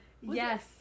Yes